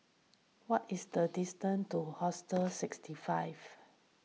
what is the distance to Hostel sixty five